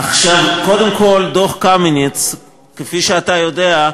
עכשיו, קודם כול, דוח קמיניץ, כפי שאתה יודע,